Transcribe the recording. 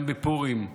גם בפורים,